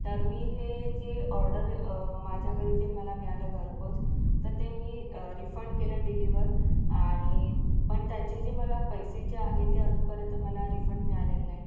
तर मी हे जे ऑर्डर माझ्या घरी जे मला मिळालं घरपोच तर ते मी रिफंड केलं डिलिवर आणि पण त्याचे जे मला पैसे जे आहे ते अजूनपर्यंत मला रिफंड मिळालेलं नाही